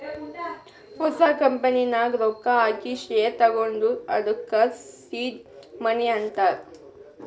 ಹೊಸ ಕಂಪನಿ ನಾಗ್ ರೊಕ್ಕಾ ಹಾಕಿ ಶೇರ್ ತಗೊಂಡುರ್ ಅದ್ದುಕ ಸೀಡ್ ಮನಿ ಅಂತಾರ್